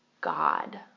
God